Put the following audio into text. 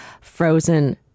Frozen